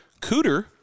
Cooter